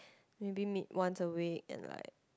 maybe meet once a week and like